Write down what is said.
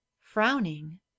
frowning